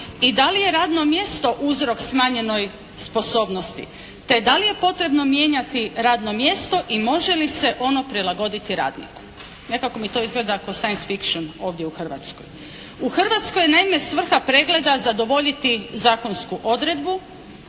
i da li je radno mjesto uzrok smanjenoj sposobnosti te da li je potrebno mijenjati radno mjesto i može li se ono prilagoditi radniku. Nekako mi to izgleda kao since fiction ovdje u Hrvatskoj. U Hrvatskoj je naime, svrha pregleda zadovoljiti zakonsku odredbu